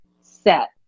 set